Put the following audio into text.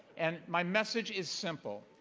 and my message is simple.